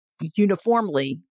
uniformly